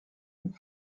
une